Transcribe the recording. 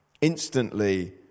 Instantly